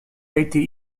été